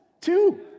Two